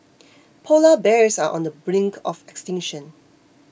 Polar Bears are on the brink of extinction